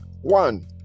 one